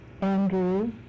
Andrew